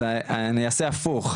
אז אני אעשה הפוך,